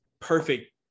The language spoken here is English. Perfect